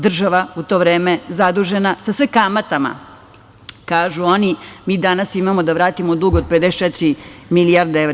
Država u to vreme zadužena sa sve kamatama, kažu oni, mi danas imamo da vratimo dug od 54 milijarde evra.